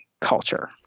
culture